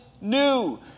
new